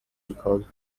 because